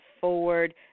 forward